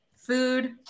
Food